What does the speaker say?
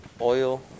oil